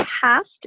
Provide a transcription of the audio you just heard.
past